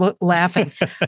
laughing